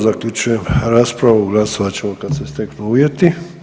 Zaključujem raspravu, glasovat ćemo kad se steknu uvjeti.